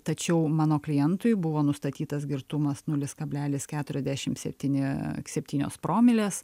tačiau mano klientui buvo nustatytas girtumas nulis kablelis keturiasdešimt septyni septynios promilės